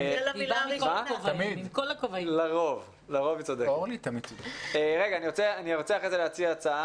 לאחר ששניכם תדברו אני רוצה להציע,